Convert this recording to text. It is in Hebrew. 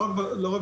לא רק באימוץ.